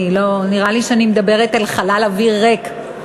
נראה לי שאני מדברת אל חלל אוויר ריק.